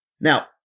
Now